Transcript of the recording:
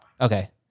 Okay